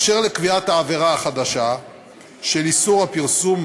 באשר לקביעת העבירה החדשה של איסור הפרסום,